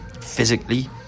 physically